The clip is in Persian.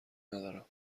ندارم